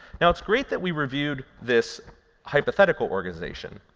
and it's great that we reviewed this hypothetical organization,